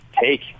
take